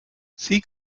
sie